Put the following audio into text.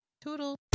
Toodle